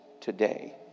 today